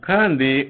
Kandi